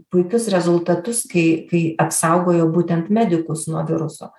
puikius rezultatus kai kai apsaugojo būtent medikus nuo viruso